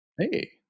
Hey